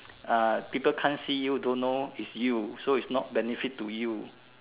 ah people can't see you don't know it's you so it's not benefit to you